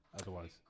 otherwise